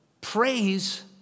praise